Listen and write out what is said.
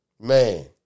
Man